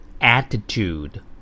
Attitude